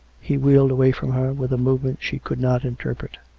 he wheeled away from her, with a movement she could not interpret.